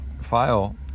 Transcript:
file